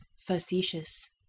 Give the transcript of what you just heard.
Facetious